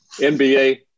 NBA